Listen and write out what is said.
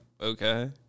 okay